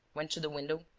went to the window,